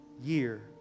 year